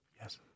Yes